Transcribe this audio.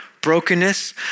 brokenness